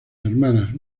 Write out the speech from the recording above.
hermanas